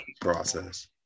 process